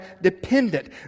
dependent